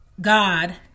God